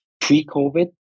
pre-COVID